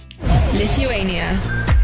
Lithuania